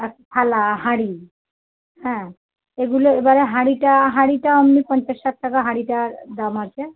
আর থালা হাঁড়ি হ্যাঁ এগুলো এবারে হাঁড়িটা হাঁড়িটা আপনি পঞ্চাশ ষাট টাকা হাঁড়িটার দাম আছে